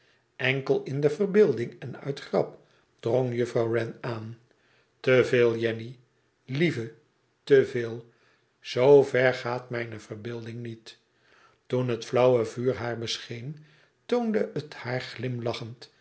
enkel in de verbeelding en uit de grap drong juflrouw wren aan te veel jenny lieve te veel z ver gaat mijne verbeelding niet toen het flauwe vuur haar bescheen toonde het haar